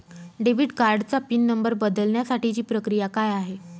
Debit कार्डचा PIN number बदलण्यासाठीची प्रक्रिया काय आहे?